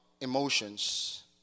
emotions